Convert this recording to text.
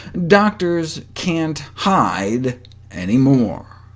doctors can't hide anymore.